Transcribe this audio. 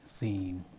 theme